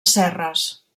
serres